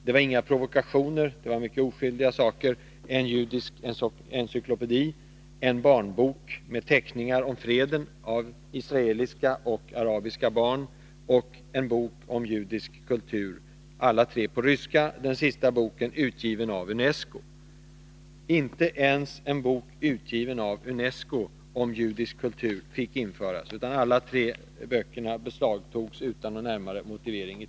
Det var inga provokationer, utan mycket oskyldiga böcker: en judisk encyklopedi, en barnbok med teckningar om freden av israeliska och arabiska barn och en bok om judisk kultur, alla tre på ryska och den sista boken utgiven av UNESCO. Men inte ens en bok utgiven av UNESCO om judisk kultur fick införas, utan alla tre böckerna togs av tullen utan närmare motivering.